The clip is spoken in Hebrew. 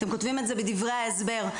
אתם כותבים את זה בדברי ההסבר,